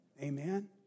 Amen